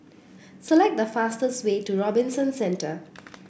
select the fastest way to Robinson Centre